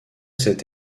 cette